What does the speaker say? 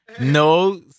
no